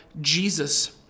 Jesus